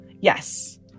Yes